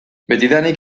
betidanik